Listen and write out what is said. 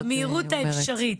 נכון, במהירות האפשרית.